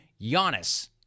Giannis